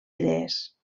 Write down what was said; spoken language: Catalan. idees